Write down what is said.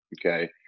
Okay